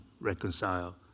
reconcile